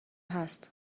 هست